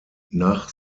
nach